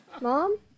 Mom